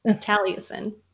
Taliesin